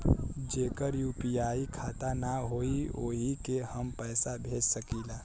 जेकर यू.पी.आई खाता ना होई वोहू के हम पैसा भेज सकीला?